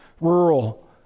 rural